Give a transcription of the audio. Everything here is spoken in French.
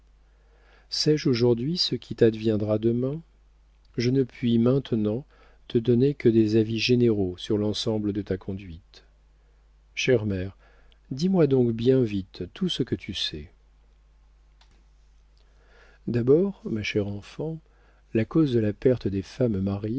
sais-je aujourd'hui ce qui t'adviendra demain je ne puis maintenant te donner que des avis généraux sur l'ensemble de ta conduite chère mère dis-moi donc bien vite tout ce que tu sais d'abord ma chère enfant la cause de la perte des femmes